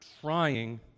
trying